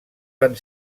van